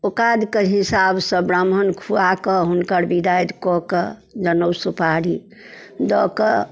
औकातिके हिसाबसँ ब्राह्मण खुआकऽ हुनकर विदाइ कऽ कऽ जनउ सुपारी दऽ कऽ